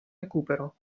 recupero